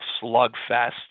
slugfest